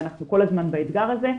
ואנחנו כל הזמן באתגר הזה.